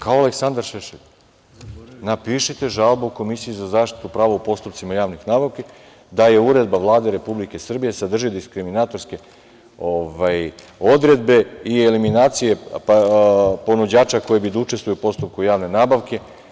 Kao Aleksandar Šešelj, napišite žalbu Komisiji za zaštitu prava u postupcima javnih nabavki da uredba Vlade Republike Srbije sadrži diskriminatorske odredbe i eliminacije ponuđača koji bi da učestvuju u postupku javne nabavke.